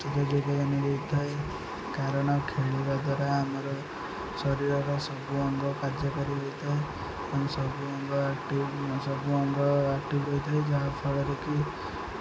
ଥାଏ କାରଣ ଖେଳିବା ଦ୍ୱାରା ଆମର ଶରୀରର ସବୁ ଅଙ୍ଗ କାର୍ଯ୍ୟକାରୀ ହୋଇଥାଏ ସବୁ ଅଙ୍ଗ ଆକ୍ଟିଭ୍ ସବୁ ଅଙ୍ଗ ଆକ୍ଟିଭ୍ ହୋଇଥାଏ ଯାହାଫଳରେ କିି